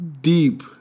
deep